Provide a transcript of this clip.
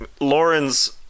Lauren's